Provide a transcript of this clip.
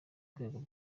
rwego